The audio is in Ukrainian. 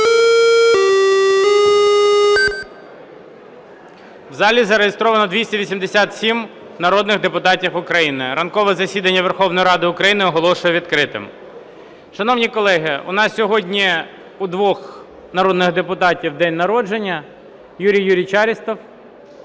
У залі зареєстровано 287 народних депутатів України. Ранкове засідання Верховної Ради України оголошую відкритим. Шановні колеги, у нас сьогодні у двох народних депутатів день народження. Юрій Юрійович Арістов.